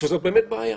שזאת באמת בעיה,